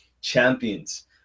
champions